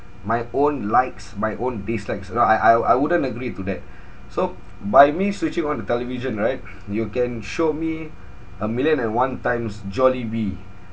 my own likes my own dislikes I I I I wouldn't agree to that so by me switching on the television right you can show me a million and one times jollibee